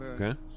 okay